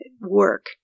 work